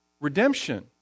Redemption